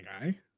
guy